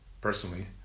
personally